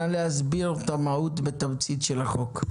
נא להסביר את המהות בתמצית של החוק.